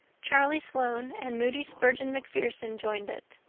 charlie sloane, and moody spurgeon macpherson joined it.